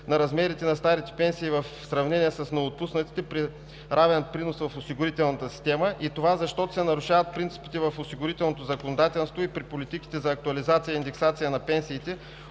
на размерите на старите пенсии в сравнение с новоотпуснатите при равен принос в осигурителната система. Това е, защото се нарушават принципите в осигурителното законодателство и при политиките за актуализация и индексация на пенсиите,